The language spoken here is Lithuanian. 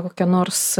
kokia nors